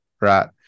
right